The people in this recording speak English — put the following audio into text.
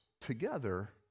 together